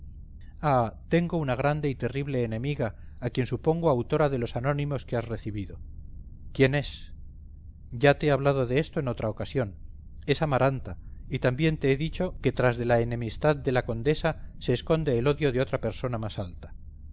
ah tengo una grande y terrible enemiga a quien supongo autora de los anónimos que has recibido quién es ya te he hablado de esto en otra ocasión es amaranta y también te he dicho que tras de la enemistad de la condesa se esconde el odio de otra persona más alta